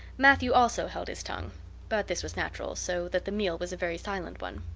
matthew also held his tongue but this was natural so that the meal was a very silent one.